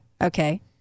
okay